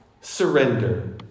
surrender